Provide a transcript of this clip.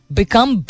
become